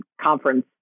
conference